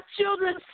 children